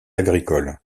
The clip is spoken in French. agricole